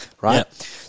right